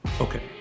okay